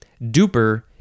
Duper